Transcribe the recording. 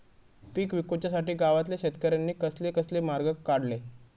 पीक विकुच्यासाठी गावातल्या शेतकऱ्यांनी कसले कसले मार्ग काढले?